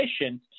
efficient